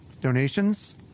donations